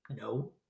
No